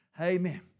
Amen